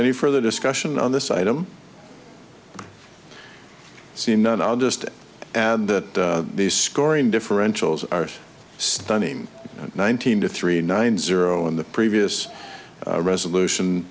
any further discussion on this item seen then i'll just and that the scoring differentials are stunning nineteen to three nine zero in the previous resolution